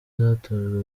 zatojwe